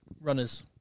runners